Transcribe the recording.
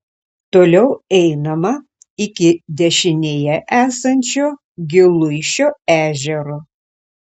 toliau einama iki dešinėje esančio giluišio ežero